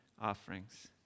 offerings